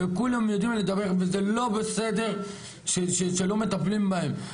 כולם יודעים לדבר וזה לא בסדר שלא מטפלים בהם.